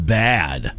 bad